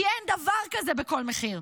כי אין דבר כזה בכל מחיר.